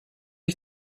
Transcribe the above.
ich